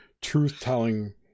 truth-telling